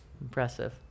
impressive